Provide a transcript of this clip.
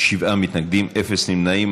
שבעה מתנגדים, אפס נמנעים.